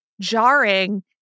jarring